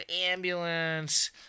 ambulance